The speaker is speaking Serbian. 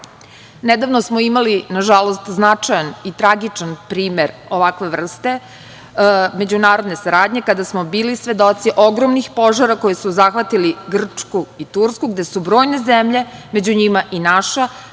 smo imali, nažalost, značajan i tragičan primer ovakve vrste međunarodne saradnje kada smo bili svedoci ogromnih požara koji su zahvatili Grčku i Tursku, gde su brojne zemlje, među njima i naša,